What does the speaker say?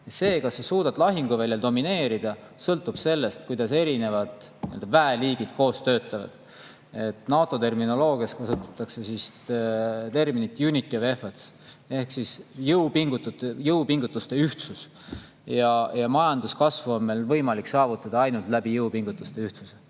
see, kas sa suudad lahinguväljal domineerida, sõltub sellest, kuidas erinevad väeliigid koos töötavad. NATO terminoloogias kasutatakse vist terminitunity of effortehk jõupingutuse ühtsus. Majanduskasvu on meil võimalik saavutada ainult jõupingutuse ühtsusega.